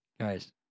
Guys